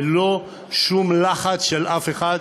ללא שום לחץ של אף אחד,